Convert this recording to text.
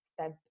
step